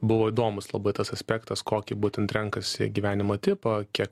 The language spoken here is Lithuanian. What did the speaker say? buvo įdomus labai tas aspektas kokį būtent renkasi gyvenimo tipą kiek